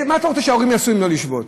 מה אתה רוצה שההורים יעשו אם לא לשבות?